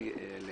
אני לא